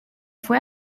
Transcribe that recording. fue